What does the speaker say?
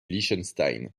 liechtenstein